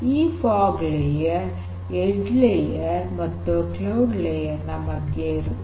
ಈ fog layer edge layer ಮತ್ತು cloud layer ನ ಮಧ್ಯೆ ಇರುತ್ತದೆ